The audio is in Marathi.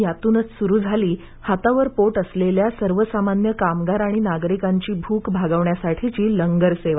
यातूनच सुरू झाली हातावार पोट असलेल्या सर्व सामान्य कामगार आणि नागरिकांची भूक भागवण्यासाठीची लंगर सेवा